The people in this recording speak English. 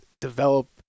develop